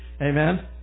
Amen